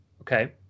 okay